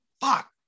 Fuck